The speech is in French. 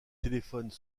téléphones